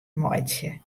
meitsje